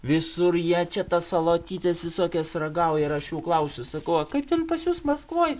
visur jie čia tas salotytes visokias ragauja ir aš jų klausiu sakau o kaip ten pas jus maskvoj